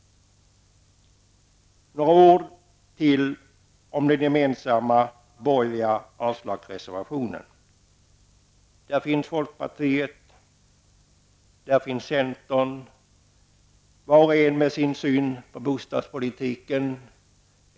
Jag skall säga några ord om den gemensamma borgerliga avslagsreservationen. Bakom denna står folkpartiet och centern, vart och ett med sin syn på vår bostadspolitik.